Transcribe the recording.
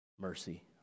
mercy